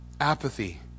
Apathy